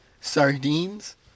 sardines